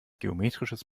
geometrisches